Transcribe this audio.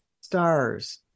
stars